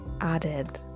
added